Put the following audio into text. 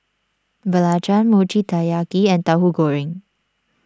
Belacan Mochi Taiyaki and Tahu Goreng